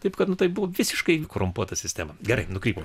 taip kad nu tai buvo visiškai korumpuota sistema gerai nukrypom